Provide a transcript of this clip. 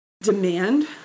demand